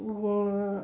अब